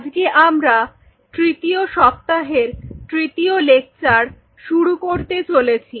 আজকে আমরা তৃতীয় সপ্তাহের তৃতীয় লেকচার শুরু করতে চলেছি